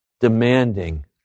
demanding